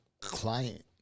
client